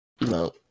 No